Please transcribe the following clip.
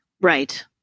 Right